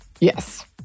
Yes